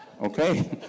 Okay